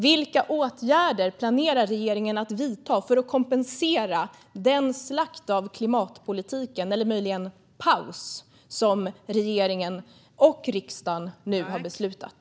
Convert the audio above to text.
Vilka åtgärder planerar regeringen att vidta för att kompensera för den slakt av klimatpolitiken, eller möjligen paus, som regeringen och riksdagen nu har beslutat?